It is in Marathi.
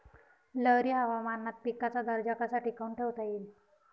लहरी हवामानात पिकाचा दर्जा कसा टिकवून ठेवता येईल?